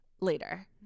later